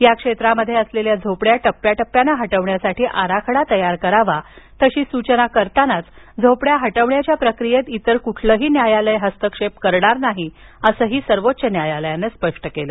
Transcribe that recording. या क्षेत्रामध्ये असलेल्या झोपड्या टप्प्याटप्प्यानं हटवण्यासाठी आराखडा तयार करावा अशी सूचना करतानाच झोपड्या हटविण्याच्या प्रक्रियेत इतर कोणतेही न्यायालय हस्तक्षेप करणार नाही असंही सर्वोच्च न्यायालयानं स्पष्ट केलं